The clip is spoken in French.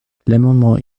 l’amendement